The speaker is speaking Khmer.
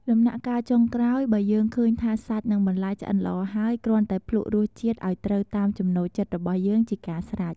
ដំណាក់កាលចុងក្រោយ បើយើងឃើញថាសាច់និងបន្លែឆ្អិនល្អហើយ គ្រាន់តែភ្លក្សរសជាតិឱ្យត្រូវតាមចំណូលចិត្តរបស់យើងជាការស្រេច។